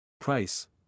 Price